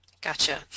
Gotcha